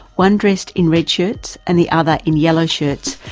one dressed in red shirts and the other in yellow shirts,